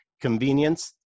convenience